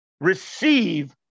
Receive